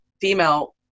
female